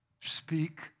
speak